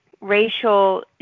racial